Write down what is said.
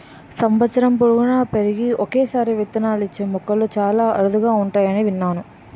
సంవత్సరం పొడువునా పెరిగి ఒక్కసారే విత్తనాలిచ్చే మొక్కలు చాలా అరుదుగా ఉంటాయని విన్నాను